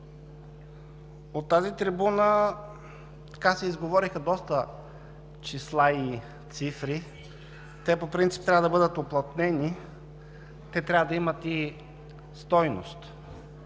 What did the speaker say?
От тази трибуна се изговориха доста числа и цифри. Те по принцип трябва да бъдат уплътнени, те трябва да имат и стойност.